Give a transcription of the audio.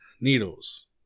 needles